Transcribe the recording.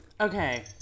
Okay